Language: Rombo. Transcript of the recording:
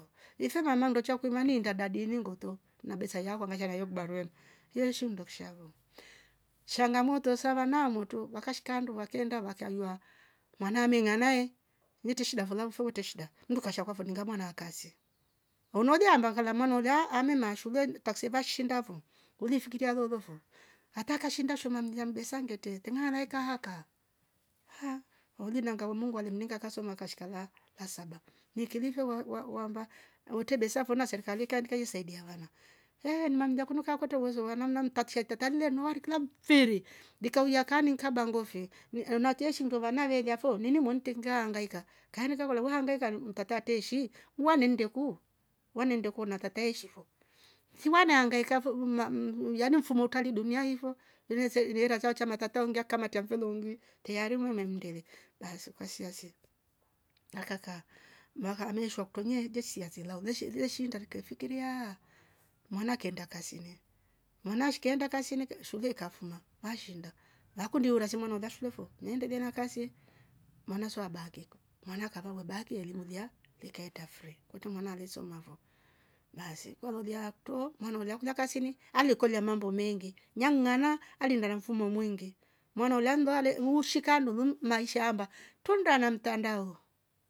Ife vanama ndo chako vaninda dadi inyungoto na besa ya kuangaia na hio kibarueni yeishi ndo kshavo changmoto za wana moto wakashika handu vakenda wakaluwa mwane me nganae metishida vala flo teshida mndu kashakuwa voninga mwana akase. unualiamba kala mwana olia ame mashuleni takse vashindafo welifungitia lolo fo ata akashinda shona mlia mbesa ngete temwa na akehaka haa olina ngao mungu alimlinga akasoma akashika la la saba mekenivo wa- wa- waamba ute besa vona serkale keankeye saidia wana. Ehh namlia kunuka kute uwezo wa namna mtakshe tatalinya nuarikalam firi deka uyaua kani nkaba ngofe ehh nakeshie njova navelia foo ninywu montengaa anagika kamvo volawola hangaika mm mtateishi wamendekuu wamendeku na tata ishi vo fua na anagika voo uuuu maa mmm mmh yani mfumo utali dunia hivo ineze iniera chaucha matata ungiakama tiamfelo ulni teharimu mmendeleka basi ukosiasi. Akaka mwaka wa mwisho wa kutumia inte siase lau lieshe lieshinda nkefefikiriaa mula kaenda kazini munash kaenda kazini shule ikafuma maashinda makundioro lazima mwanaula shue foo nendelea na kazi maan sweabarkeko mwana kava werabke elimu ulia wekea tafre utemona alissomavo basi walolia tuo malolia kila kasimi alekolia mambo mengi ngamngana alimlala mfumo mwinngi mwana ulanduale muushi kanduvum maisha yaamba tunda na mtandao